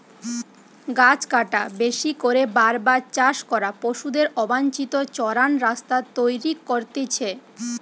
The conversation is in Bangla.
গাছ কাটা, বেশি করে বার বার চাষ করা, পশুদের অবাঞ্চিত চরান রাস্তা তৈরী করতিছে